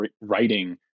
writing